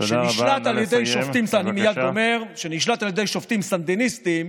שנשלט על ידי שופטים סנדיניסטים,